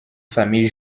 famille